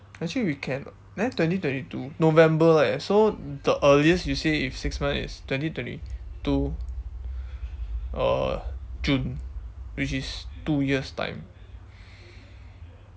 actually we can there twenty twenty two november leh so the earliest you say if six months is twenty twenty two uh june which is two years time